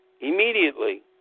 immediately